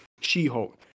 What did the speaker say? She-Hulk